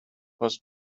was